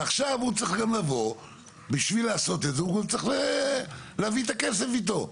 ועכשיו בשביל לעשות את זה הוא צריך להביא את הכסף איתו.